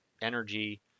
energy